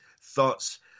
thoughts